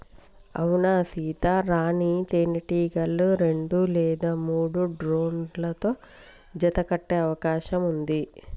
అవునా సీత, రాణీ తేనెటీగ రెండు లేదా మూడు డ్రోన్లతో జత కట్టె అవకాశం ఉంది